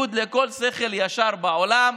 בניגוד לכל שכל ישר בעולם,